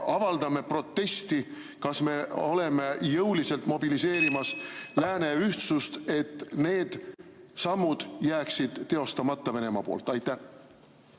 avaldame protesti, kas me oleme jõuliselt mobiliseerimas lääne ühtsust, et need sammud jääksid Venemaal teostamata? Aitäh!